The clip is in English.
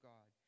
God